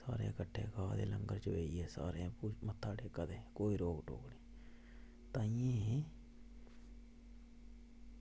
सारे कट्ठे बवा दे कट्ठे बेहियै ते मत्था टेका दे कोई रोक टोक निं ताहीं